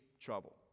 trouble